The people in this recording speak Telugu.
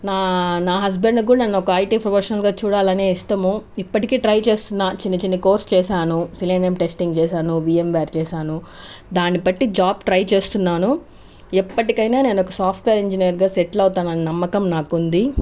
నా నా హస్బెండ్కి కూడా నన్ను ఒక ఐటీ ప్రొఫిషనల్గా చూడాలని ఇష్టము ఇప్పటికి ట్రై చేస్తున్నా చిన్న చిన్న కోర్సు చేసాను సెలీనియం టెస్టింగ్ చేసాను బీఎం బార్ చేసాను దాన్ని బట్టి నేను జాబ్ ట్రై చేస్తున్నాను ఎప్పటికైనా నేను ఒక సాఫ్ట్వేర్ ఇంజినీర్గా సెటిల్ అవుతానని నమ్మకం నాకు ఉంది